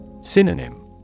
Synonym